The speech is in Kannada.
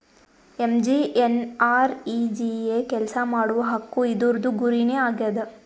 ಎಮ್.ಜಿ.ಎನ್.ಆರ್.ಈ.ಜಿ.ಎ ಕೆಲ್ಸಾ ಮಾಡುವ ಹಕ್ಕು ಇದೂರ್ದು ಗುರಿ ನೇ ಆಗ್ಯದ